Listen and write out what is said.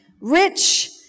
Rich